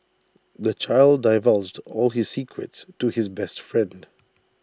the child divulged all his secrets to his best friend